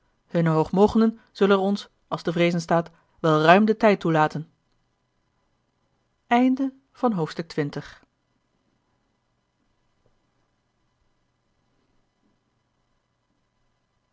hunne hoogmogenden zullen er ons als te vreezen staat wel ruim den tijd toe